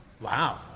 Wow